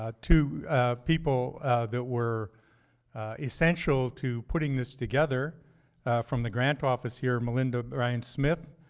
ah two people that were essential to putting this together from the grant office here, melinda bryan-smith,